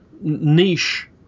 niche